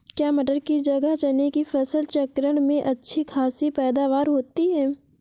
क्या मटर की जगह चने की फसल चक्रण में अच्छी खासी पैदावार होती है?